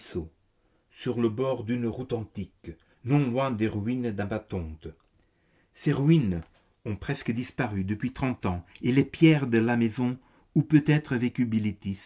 sur le bord d'une route antique non loin des ruines d'amathonte ces ruines ont presque disparu depuis trente ans et les pierres de la maison où peut-être vécut